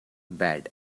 bad